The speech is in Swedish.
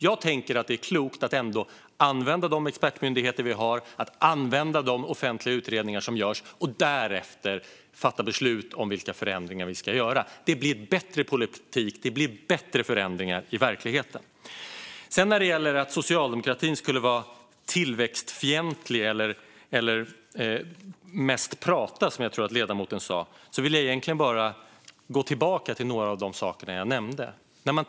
Jag tänker att det är klokt att använda de expertmyndigheter vi har och att använda de offentliga utredningar som görs och därefter fatta beslut om vilka förändringar vi ska göra. Det blir bättre politik, och det blir bättre förändringar i verkligheten. Vad gäller att socialdemokratin skulle vara tillväxtfientlig eller mest prata, som jag tror att ledamoten sa, vill jag gå tillbaka till något jag nämnde.